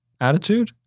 attitude